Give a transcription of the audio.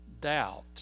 Doubt